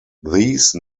these